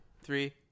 Three